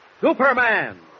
Superman